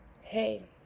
hey